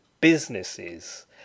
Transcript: businesses